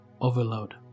overload